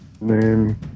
name